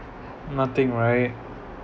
nothing right